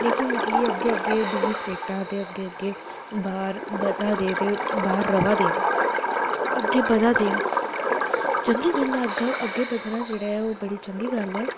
निकलियै अग्गे अग्गे दूइयां स्टेटां ते अग्गे अग्गे बाह्र बधादे ते बाह्र रवा दे न अग्गें बधादे न चंगी गल्ल ऐ अग्गें बधना जेह्ड़ा ऐ ओह् बड़ी चंगी गल्ल ऐ